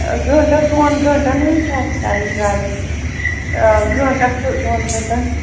گٲنٛٹس دۄن گٲنٛٹن حظ چھِ اَسہِ کرٕنۍ رایڈ گٲنٛٹس تہٕ دۄن گٲنٛٹن